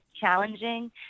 challenging